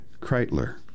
Kreitler